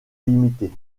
limité